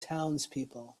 townspeople